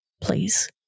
please